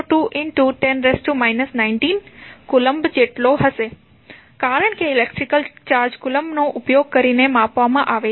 coulomb જેટલો હશે કારણ કે ઇલેક્ટ્રિક ચાર્જ કુલંબ નો ઉપયોગ કરીને માપવામાં આવે છે